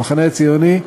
המחנה הציוני,